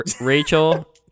Rachel